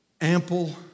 ample